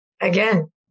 again